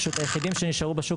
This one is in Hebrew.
פשוט היחידים שנשארו בשוק,